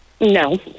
No